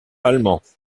allemands